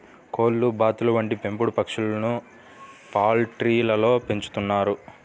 కోళ్లు, బాతులు వంటి పెంపుడు పక్షులను పౌల్ట్రీలలో పెంచుతున్నారు